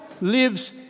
lives